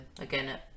again